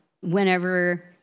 whenever